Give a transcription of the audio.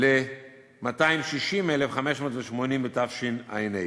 ל-260,580 בתשע"ה.